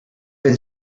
been